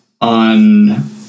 on